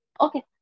Okay